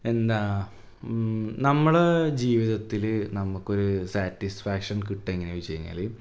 എന്താ നമ്മൾ ജീവിതത്തിൽ നമുക്കൊരു സാറ്റിസ്ഫാക്ഷന് കിട്ടുക എങ്ങനെയാണ് ചോദിച്ചു കഴിഞ്ഞാൽ